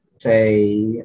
Say